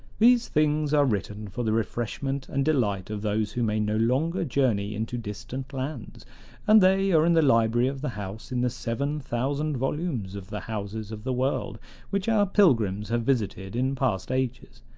these things are written for the refreshment and delight of those who may no longer journey into distant lands and they are in the library of the house in the seven thousand volumes of the houses of the world which our pilgrims have visited in past ages.